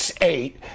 eight